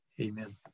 Amen